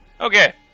Okay